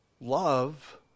Love